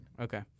Okay